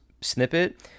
snippet